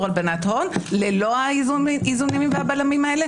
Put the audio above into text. הלבנת הון ללא האיזונים והבלמים האלה